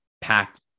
packed